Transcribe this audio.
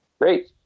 Great